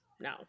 no